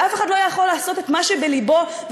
ואף אחד לא יכול לעשות את מה שבלבו ובאידיאולוגיה,